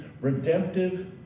redemptive